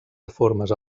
reformes